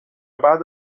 بعد